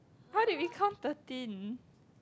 how did we count thirteen